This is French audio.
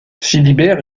philibert